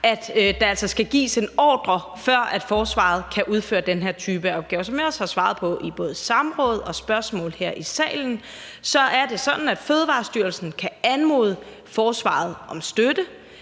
at der skal gives en ordre, før forsvaret kan udføre den her type opgaver. Som jeg også har svaret både i samråd og på spørgsmål her i salen, er det sådan, at Fødevarestyrelsen kan anmode forsvaret om støtte.